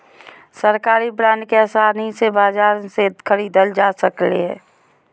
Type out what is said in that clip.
सरकारी बांड के आसानी से बाजार से ख़रीदल जा सकले हें